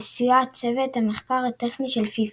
בסיוע צוות המחקר הטכני של פיפ"א.